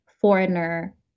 foreigner